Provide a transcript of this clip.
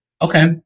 Okay